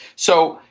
so,